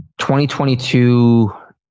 2022